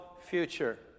future